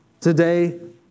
Today